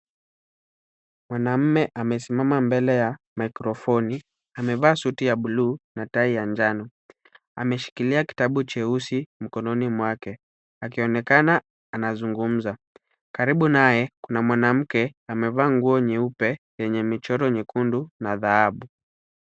Mwanaume amesimama mbele ya mikrofoni. Amevaa suti ya buluu na tai ya njano. Ameshikilia kitabu cheusi mkononi mwake, akionekana anazungumza. Karibu naye kuna mwanamke amevaa nguo nyeupe yenye michoro nyekundu na dhahabu.